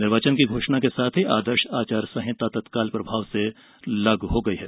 निर्वाचन की घोषणा के साथ ही आदर्श आचार संहिता तत्काल प्रभाव से लागू हो गई है